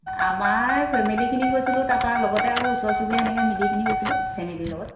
আমাৰ ফেমিলিখিনি গৈছিলোঁ তাৰপৰা লগতে আৰু ওচৰ চুবুৰীয়া এনেকৈ মিলি পিনি গৈছিলোঁ ফেমিলিৰ লগত